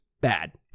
bad